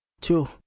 two